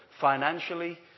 Financially